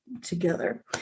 together